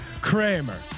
Kramer